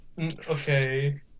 Okay